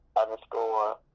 underscore